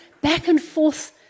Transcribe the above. back-and-forth